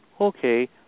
okay